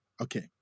Okay